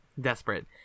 desperate